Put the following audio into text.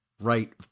right